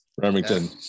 Remington